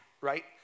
right